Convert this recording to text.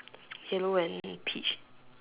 yellow and peach